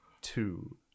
two